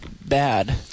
bad